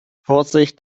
vorsicht